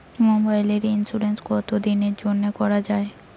মোবাইলের ইন্সুরেন্স কতো দিনের জন্যে করা য়ায়?